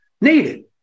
needed